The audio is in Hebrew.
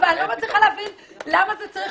אבל אני לא מצליחה להבין למה זה צריך